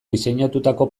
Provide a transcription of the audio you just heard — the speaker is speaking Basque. diseinatutako